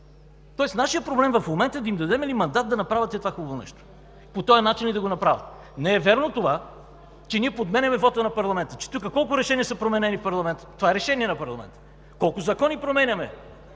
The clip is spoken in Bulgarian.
Тоест нашият проблем в момента е да им дадем мандат да направят това хубаво нещо и по този начин ли да го направят. Не е вярно, че ние подменяме вота на парламента. Колко решения са променени в парламента? Това е решение на парламента. Колко закони променяме?